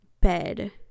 bed